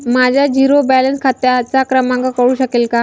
माझ्या zero balance खात्याचा क्रमांक कळू शकेल का?